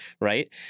right